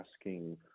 asking